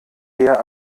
eher